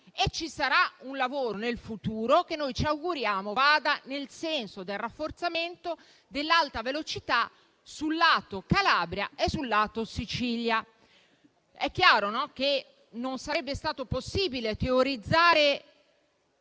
ce ne sarà uno nel futuro che ci auguriamo vada nel senso del rafforzamento dell'Alta velocità sul lato Calabria e sul lato Sicilia. È chiaro che non sarebbe stato possibile teorizzare